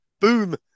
Boom